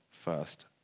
first